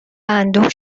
اندوه